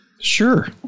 Sure